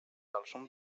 dalszą